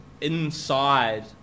inside